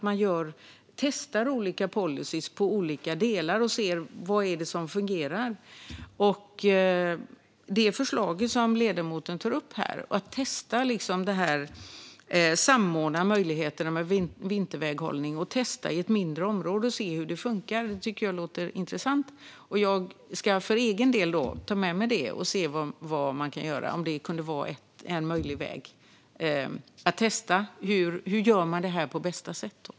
Man testar olika policyer på olika delar och ser: Vad är det som fungerar? Det förslag som ledamoten tar upp, att samordna möjligheterna med vinterväghållning och testa i ett mindre område och se hur det funkar, tycker jag låter intressant. Jag ska för egen del ta med mig det och se om det kan vara en möjlig väg att testa hur man gör detta på bästa sätt.